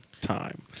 time